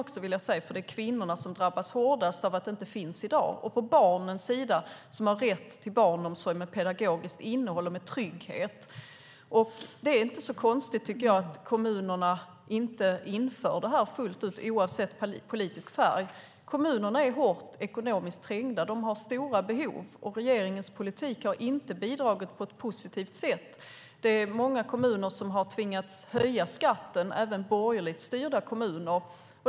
Det är kvinnorna som drabbas hårdast av att barnomsorgen inte finns i dag. Vidare är det fråga om att barnen har rätt till barnomsorg med pedagogiskt innehåll och trygghet. Det är inte så konstigt att kommunerna, oavsett politisk färg, inte fullt ut inför barnomsorg på obekväm arbetstid. Kommunerna är hårt ekonomiskt trängda. De har stora behov. Regeringens politik har inte bidragit på ett positivt sätt. Många kommuner har tvingats höja skatten. Det gäller även borgerligt styrda kommuner.